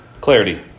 Clarity